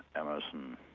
emerson,